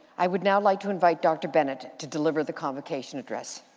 i would now like to invite dr. bennett to deliver the convocation address.